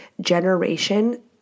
generation